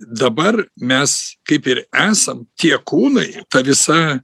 dabar mes kaip ir esam tie kūnai ta visa